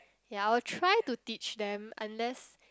ya I will try to teach them unless